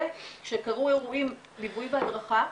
וכשקרו האירועים ליווי והדרכה.